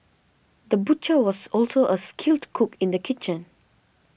the butcher was also a skilled cook in the kitchen